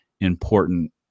important